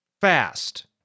Fast